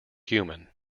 human